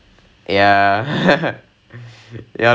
ya I cannot leh